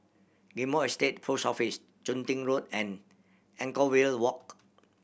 Ghim Moh Estate Post Office Chun Tin Road and Anchorvale Walk